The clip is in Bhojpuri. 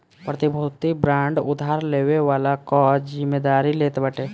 प्रतिभूति बांड उधार लेवे वाला कअ जिमेदारी लेत बाटे